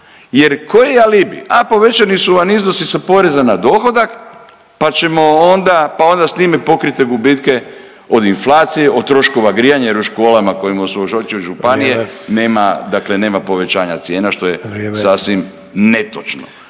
Jer koji je alibi, a povećani su vam iznosi sa poreza na dohodak pa ćemo onda, pa onda s time pokrijte gubitke od inflacije, od troškova grijanja jer u školama u kojima su …/Govornik se ne razumije./… županije nema